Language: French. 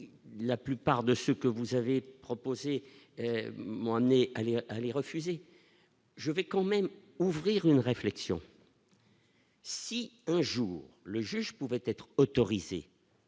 la plupart de ceux que vous avez proposé moins est allez allez refuser, je vais quand même ouvrir une réflexion. Si un jour le juge pouvait être autorisée.